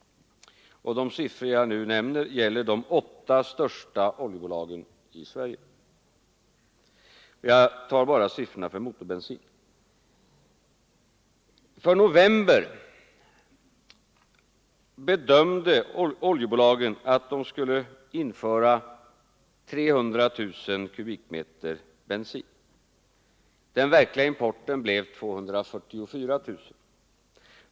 De siffror jag nu nämner gäller de åtta största oljebolagen i Sverige. Jag tar bara siffrorna för motorbensin. För november bedömde oljebolagen att de skulle införa 300 000 m? bensin. Den verkliga importen blev 244 000 m?.